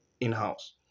in-house